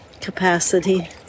capacity